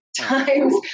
times